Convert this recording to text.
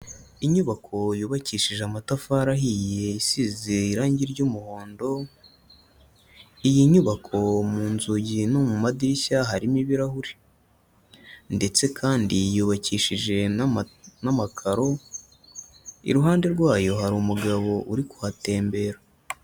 Inyubako yubakishije amatafari ahiye, isize irangi ry'umuhondo. Iyi nyubako mu nzugi no mu madirishya harimo ibirahuri, ndetse kandi yubakishije n'amakaro iruhande rwayo hari umugabo uri kuhatembera.